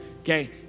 okay